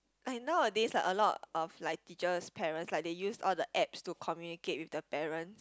like nowadays like a lot of like teachers parents like they use all the apps to communicate with the parents